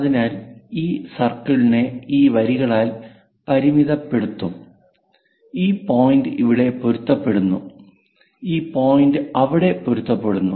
അതിനാൽ ഈ സർക്കിളിനെ ഈ വരികളാൽ പരിമിതപ്പെടുത്തും ഈ പോയിന്റ് ഇവിടെ പൊരുത്തപ്പെടുന്നു ഈ പോയിന്റ് അവിടെ പൊരുത്തപ്പെടുന്നു